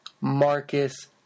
Marcus